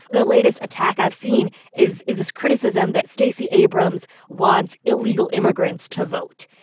the latest attack i've seen is is this criticism that stacey abrams wants illegal immigrants to vote.